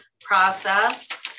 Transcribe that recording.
process